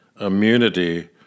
immunity